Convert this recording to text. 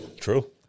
True